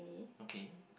okay